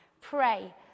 pray